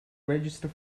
register